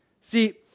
See